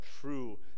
true